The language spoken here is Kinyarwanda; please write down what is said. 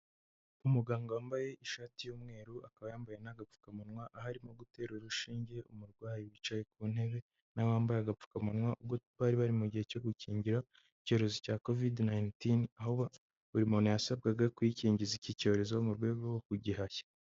Umuganga wambaye ishati y'umweru akaba yambaye n'agapfukamunwa, aho arimo gutera urushinge umurwayi wicaye ku ntebe na we wambaye agapfukamunwa, ubwo bari bari mu gihe cyo gukingira icyorezo cya COVID-19 aho buri muntu yasabwaga kwikingiza iki cyorezo mu rwego rwo kugihashya.